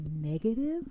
negative